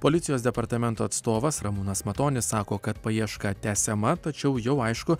policijos departamento atstovas ramūnas matonis sako kad paieška tęsiama tačiau jau aišku